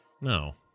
No